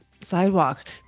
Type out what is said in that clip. sidewalk